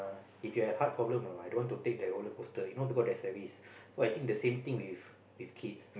if you have heart problem I don't want to take the roller coaster you know because there's a risk so I think the same thing with with kids